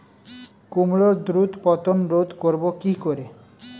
কুমড়োর দ্রুত পতন রোধ করব কি করে?